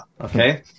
Okay